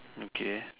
okay